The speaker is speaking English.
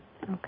Okay